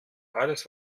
alles